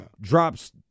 drops